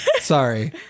Sorry